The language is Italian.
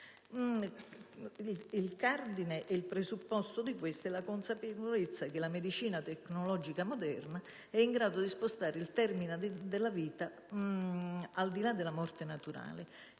Il cardine e il presupposto di ciò è la consapevolezza che la medicina tecnologica moderna è in grado di spostare il termine della vita al di là della morte naturale,